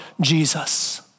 Jesus